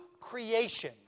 creation